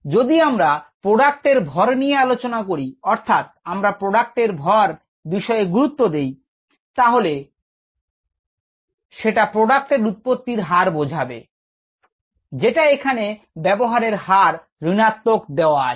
যদি আমরা প্রোডাক্টের ভর নিয়ে আলোচনা করি অর্থাৎ আমরা প্রোডাক্টের ভর বিষয়ে গুরুত্ব দিই তাহলে সেটা প্রোডাক্ট এর উৎপত্তির হার বোঝাবে যেটা এখানে ব্যবহারের হার ঋণাত্মক দেওয়া আছে